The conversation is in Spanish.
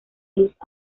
luz